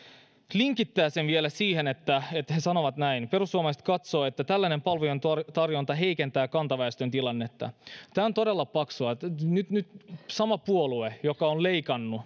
linkittävät sen vielä siihen että että he sanovat näin perussuomalaiset katsoo että tällainen palvelujen tarjonta heikentää kantaväestön tilannetta tämä on todella paksua nyt nyt sama puolue joka on leikannut